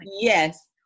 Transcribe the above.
yes